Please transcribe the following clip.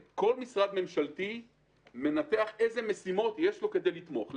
משרד ממשלתי מנתח איזה משימות יש לו כדי לתמוך את יעדי השירות האלה.